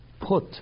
put